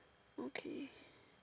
okay